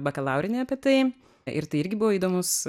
bakalaurinį apie tai ir tai irgi buvo įdomus